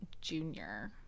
junior